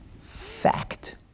fact